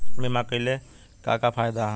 बीमा कइले का का फायदा ह?